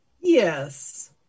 Yes